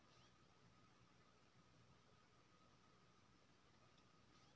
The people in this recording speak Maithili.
वित्तीय लेखांकन मानक बोर्ड केर प्रधान कार्यालय कतय छै